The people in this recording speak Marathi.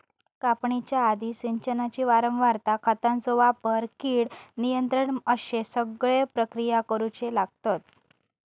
कापणीच्या आधी, सिंचनाची वारंवारता, खतांचो वापर, कीड नियंत्रण अश्ये सगळे प्रक्रिया करुचे लागतत